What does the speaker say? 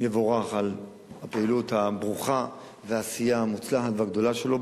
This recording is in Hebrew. יבורך על הפעילות הברוכה והעשייה המוצלחת והגדולה שלו,